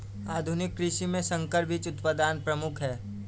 आधुनिक कृषि में संकर बीज उत्पादन प्रमुख है